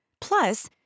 Plus